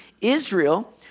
israel